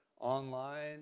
Online